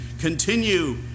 continue